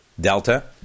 Delta